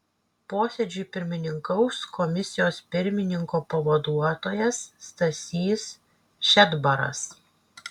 posėdžiui pirmininkaus komisijos pirmininko pavaduotojas stasys šedbaras